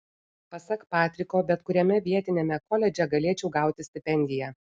pasak patriko bet kuriame vietiniame koledže galėčiau gauti stipendiją